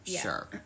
Sure